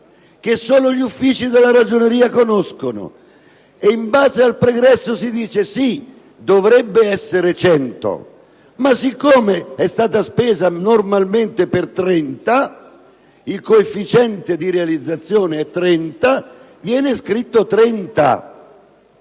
che solo gli uffici della Ragioneria conoscono e in base al pregresso si dice che dovrebbe essere 100, ma siccome è stato speso normalmente 30, il coefficiente di realizzazione è 30 e viene scritto 30.